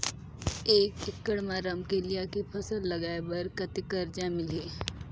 एक एकड़ मा रमकेलिया के फसल लगाय बार कतेक कर्जा मिलही?